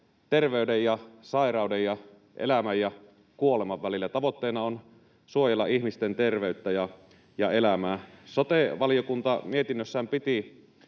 terveyden ja sairauden ja elämän ja kuoleman välillä. Tavoitteena on suojella ihmisten terveyttä ja elämää. Sote-valiokunta mietinnössään piti